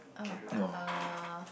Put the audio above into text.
oh uh